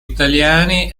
italiani